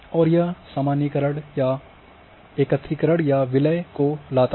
और यह सामान्यीकरण या एकत्रीकरण या विलय को लाता है